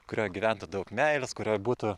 kurioj gyventų daug meilės kurioj būtų